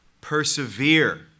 persevere